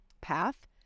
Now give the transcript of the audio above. path